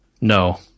No